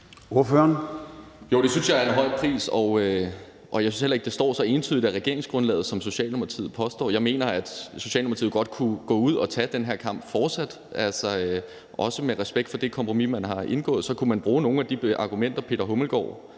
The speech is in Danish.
det synes jeg er en høj pris, og jeg synes heller ikke, at det står så entydigt i regeringsgrundlaget, som Socialdemokratiet påstår. Jeg mener, at Socialdemokratiet fortsat godt kunne gå ud og tage den her kamp, også med respekt for det kompromis, man har indgået, og så kunne man bruge nogle af de argumenter, som hr. Peter Hummelgaard